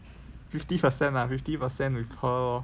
fifty percent lah fifty percent with pearl lor